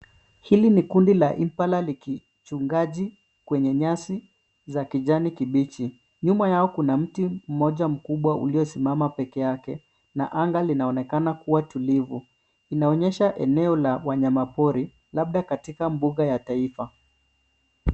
Hili ni kundi la ipala ikichungaji kwenye nyasi za kijani kibichi. Nyuma yao kuna mti mmoja mkubwa uliosimama peke yake na anga linaonekana kuwa tulivu. Inaonyesha eneo la wanyama pori labda katika mbuga ya taifa.